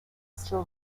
still